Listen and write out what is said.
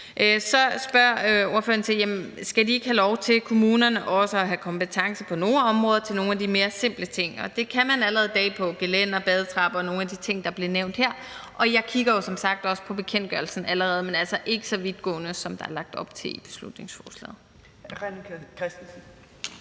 Så spørger ordføreren til, om kommunerne ikke også skal have lov til at have kompetencer på nogle områder til nogle af de mere simple ting. Men det kan man allerede i dag i forhold til gelændere, badetrapper og nogle af de ting, der blev nævnt her. Og jeg kigger jo som sagt også allerede på bekendtgørelsen, men altså ikke så vidtgående, som der er lagt op til i beslutningsforslaget.